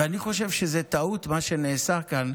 ואני חושב שזו טעות, מה שנעשה כאן,